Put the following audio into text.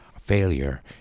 failure